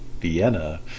Vienna